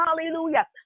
Hallelujah